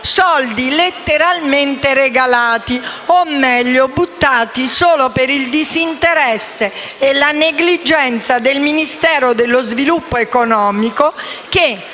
soldi letteralmente regalati, o meglio, buttati solo per il disinteresse e la negligenza del Ministero dello sviluppo economico che,